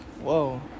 whoa